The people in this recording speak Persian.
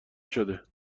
شده